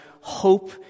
hope